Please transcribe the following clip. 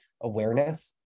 awareness